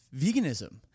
veganism